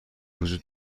وجود